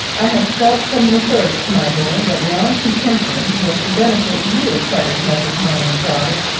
i have felt from the first, my boy, that your aunt's intention was to benefit you quite as much as my own daughter.